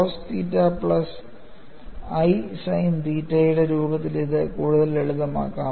cos theta plus i sin theta യുടെ രൂപത്തിൽ ഇത് കൂടുതൽ ലളിതമാക്കാം